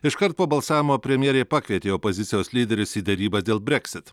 iškart po balsavimo premjerė pakvietė opozicijos lyderius į derybas dėl brexit